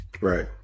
Right